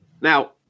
Now